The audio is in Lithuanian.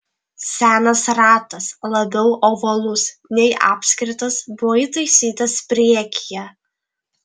senas ratas labiau ovalus nei apskritas buvo įtaisytas priekyje